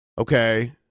Okay